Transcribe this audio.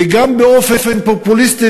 וגם באופן פופוליסטי,